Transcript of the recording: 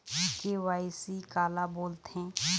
KYC काला बोलथें?